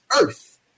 earth